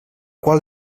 qual